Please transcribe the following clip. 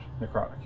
Necrotic